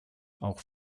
auch